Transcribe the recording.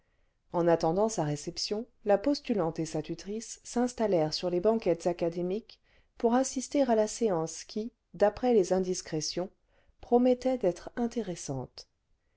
en attendant sa réception la postulante et sa tutrice s'installèrent sur les banquettes académiques pour assisacadémie assisacadémie fauteuil pour collaborateurs le vingtième siècle ter à la séance qui d'après les indiscrétions promettait d'être intéressante